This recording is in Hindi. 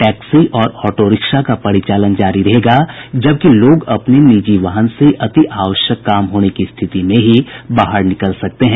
टैक्सी और ऑटो रिक्शा का परिचालन जारी रहेगा जबकि लोग अपने निजी वाहन से अति आवश्यक काम होने की स्थिति में ही बाहर निकल सकते हैं